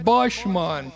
Bushman